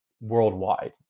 worldwide